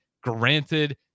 granted